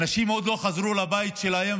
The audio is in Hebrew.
האנשים עוד לא חזרו לבית שלהם,